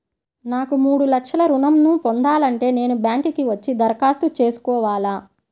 నాకు మూడు లక్షలు ఋణం ను పొందాలంటే నేను బ్యాంక్కి వచ్చి దరఖాస్తు చేసుకోవాలా?